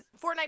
Fortnite